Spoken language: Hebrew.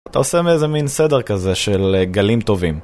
אתה עושה מאיזה מין סדר כזה של גלים טובים.